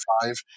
five